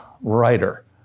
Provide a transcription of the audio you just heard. writer